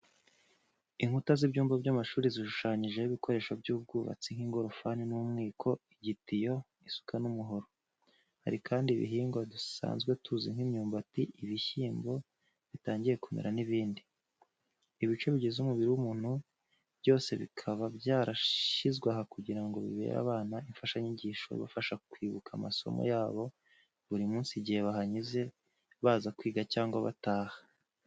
Inkuta z'ibyumba by'amashuri zishushanyijeho ibikoresho by'ubwubatsi nk'ingorofani n'umwiko, igitiyo, isuka n'umuhoro, hari kandi ibihingwa dusanzwe tuzi nk'imyumbati, ibishyimbo bitangiye kumera n'ibindi. Ibice bigize umubiri w'umuntu byose bikaba byarashyizwe aha ngo bibere abana imfashanyigisho ibafasha kwibuka amasomo yabo ya buri munsi igihe bahanyuze baza kwiga cyangwa bataha.